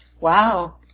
Wow